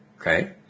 Okay